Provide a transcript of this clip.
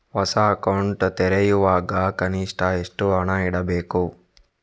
ಹೊಸ ಅಕೌಂಟ್ ತೆರೆಯುವಾಗ ಕನಿಷ್ಠ ಎಷ್ಟು ಹಣ ಇಡಬೇಕು?